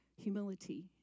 humility